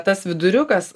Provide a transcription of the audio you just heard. tas viduriukas